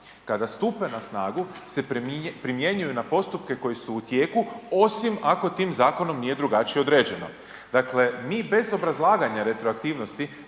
kada stupe na snagu se primjenjuju na postupke koji su u tijeku osim ako tim zakonom nije drugačije određeno. Dakle mi bez obrazlaganja retroaktivnosti